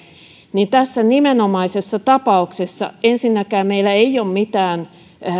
niin tässä nimenomaisessa tapauksessa ensinnäkään meillä ei ole mitään